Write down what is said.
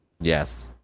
Yes